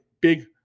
big